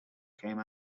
came